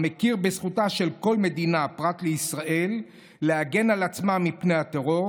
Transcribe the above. המכיר בזכותה של כל מדינה פרט לישראל להגן על עצמה מפני הטרור.